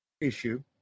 issue